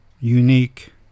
unique